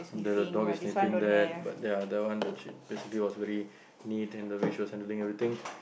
the dog is sniffing that but ya that one she basically was really she was handling everything